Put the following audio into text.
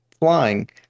flying